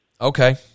Okay